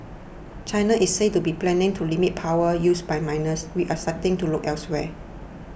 China is said to be planning to limit power use by miners which are starting to look elsewhere